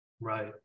right